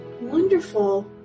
wonderful